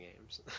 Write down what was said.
games